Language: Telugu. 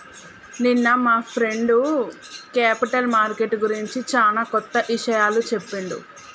నిన్న మా ఫ్రెండు క్యేపిటల్ మార్కెట్ గురించి చానా కొత్త ఇషయాలు చెప్పిండు